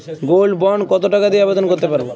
Gold bond কত টাকা দিয়ে আবেদন করতে পারবো?